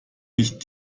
nicht